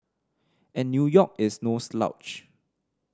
and New York is no slouch